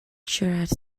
should